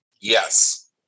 Yes